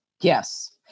Yes